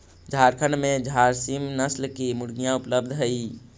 झारखण्ड में झारसीम नस्ल की मुर्गियाँ उपलब्ध हई